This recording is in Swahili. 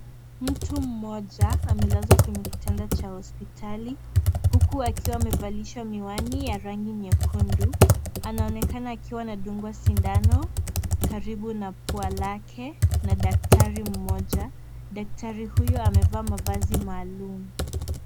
Mtu mmoja amelazwa kwenye kitanda cha hospitali huku akiwa amevalia miwani ya rangi nyekundu. Anaonekana akiwa anadungwa sindano karibu na pia lake na daktari mmoja, daktari huyu amevaa mavazi maalum.